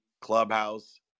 clubhouse